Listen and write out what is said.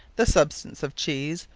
the substance of cheese,